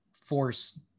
force